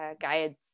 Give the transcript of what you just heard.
guides